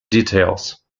details